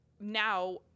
now